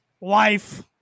life